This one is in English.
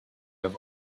have